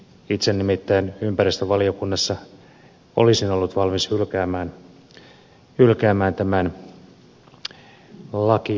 itse nimittäin olisin ollut ympäristövaliokunnassa valmis hylkäämään tämän lakiesityksen